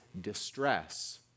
distress